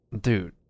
dude